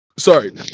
Sorry